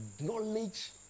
knowledge